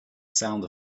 sound